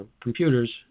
computers